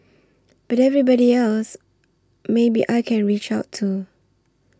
but everybody else maybe I can reach out to